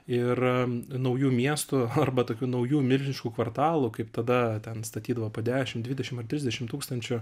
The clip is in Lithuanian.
ir naujų miestų arba tokių naujų milžiniškų kvartalų kaip tada ten statydavo po dešim dvidešim ar trisdešim tūkstančių